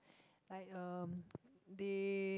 like um they